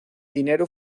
dinero